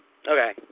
Okay